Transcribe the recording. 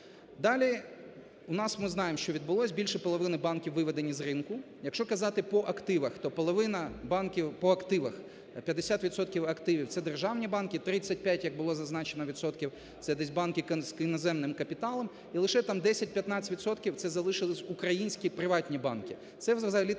Далі у нас ми знаємо, що відбулось, більше половини банків виведені з ринку. Якщо казати по активах, то половина банків по активах, 50 відсотків активів – це державні банки, 35, як було зазначено, відсотків – це десь банки з іноземним капіталом і лише там 10-15 відсотків – це залишились українські приватні банки, це взагалі-то